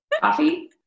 Coffee